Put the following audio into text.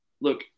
look